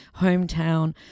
hometown